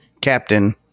Captain